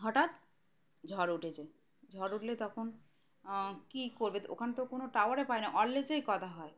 হঠাৎ ঝড় উঠেছে ঝড় উঠলে তখন কী করবে ওখান তো কোনো টাওয়ারে পায় না ওয়্যারলেসেই কথা হয়